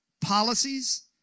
policies